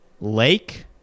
lake